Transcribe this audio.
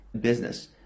business